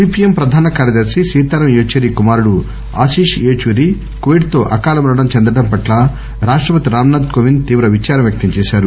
CPM ప్రధాన కార్యదర్శి సీతారాం ఏచూరి కుమారుడు అశిష్ ఏచూరి కోవిడ్ తో అకాల మరణం చెందడం పట్ల రాష్టపతి రాంనాథ్ కోవింద్ తీవ్ర విదారం వ్యక్తం చేశారు